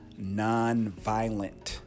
nonviolent